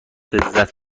لذت